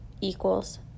equals